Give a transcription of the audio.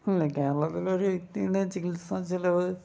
അല്ല കേരളത്തിൽ ഒരു വ്യക്തിയുടെ ചികിത്സാ ചിലവ്